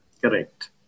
Correct